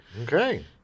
Okay